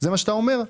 זה מה שאתה אומר?